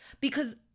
because-